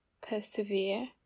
persevere